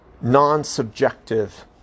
non-subjective